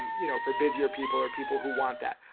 you know, for busier people or people who want that.